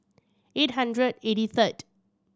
eight hundred eighty third